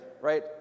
right